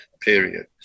period